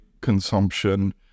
consumption